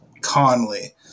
Conley